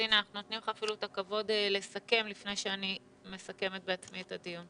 אנחנו נותנים לך את הכבוד לסכם לפני שאני מסכמת את הדיון.